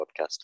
podcast